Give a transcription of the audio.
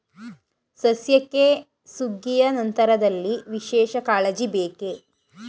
ಸಸ್ಯಕ್ಕೆ ಸುಗ್ಗಿಯ ನಂತರದಲ್ಲಿ ವಿಶೇಷ ಕಾಳಜಿ ಬೇಕೇ?